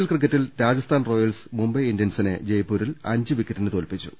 L ക്രിക്കറ്റിൽ Rajasthan Royals Mumbai ഇന്ത്യൻസിനെ ജയ്പൂരിൽ അഞ്ച് വിക്കറ്റിന് തോൽപ്പിച്ചു